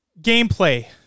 Gameplay